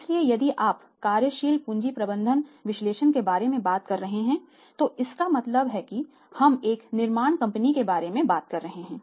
इसलिए यदि आप कार्यशील पूंजी प्रबंधन विश्लेषण के बारे में बात कर रहे हैं तो इसका मतलब है कि हम एक निर्माण कंपनी के बारे में बात कर रहे हैं